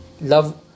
Love